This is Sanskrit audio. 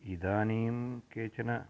इदानीं केचन